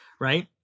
right